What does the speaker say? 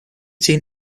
team